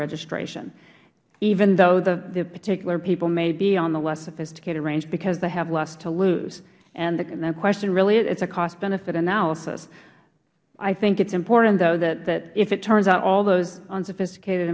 registration even though the particular people may be on the less sophisticated range because they have less to lose and the question really is a costbenefit analysis i think it's important though that if it turns out all the unsophisticated